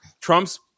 Trump's